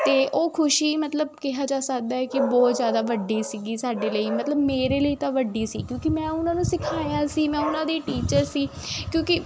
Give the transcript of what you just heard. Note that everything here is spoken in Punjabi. ਅਤੇ ਉਹ ਖੁਸ਼ੀ ਮਤਲਬ ਕਿਹਾ ਜਾ ਸਕਦਾ ਕਿ ਬਹੁਤ ਜ਼ਿਆਦਾ ਵੱਡੀ ਸੀਗੀ ਸਾਡੇ ਲਈ ਮਤਲਬ ਮੇਰੇ ਲਈ ਤਾਂ ਵੱਡੀ ਸੀ ਕਿਉਂਕਿ ਮੈਂ ਉਹਨਾਂ ਨੂੰ ਸਿਖਾਇਆ ਸੀ ਮੈਂ ਉਹਨਾਂ ਦੀ ਟੀਚਰ ਸੀ ਕਿਉਂਕਿ